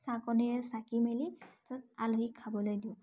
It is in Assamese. চাকনিৰে চাকি মেলি তাত আলহীক খাবলৈ দিওঁ